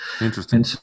Interesting